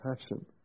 passion